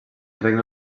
regne